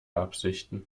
absichten